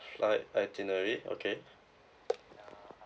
flight itinerary okay